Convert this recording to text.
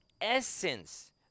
essence